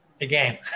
again